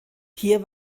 hier